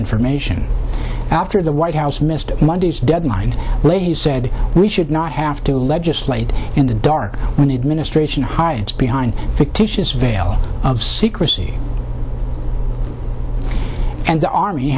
information after the white house missed monday's deadline he said we should not have to legislate in the dark when administration hides behind fictitious veil of secrecy and the army